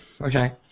Okay